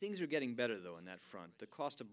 things are getting better though on that front the cost of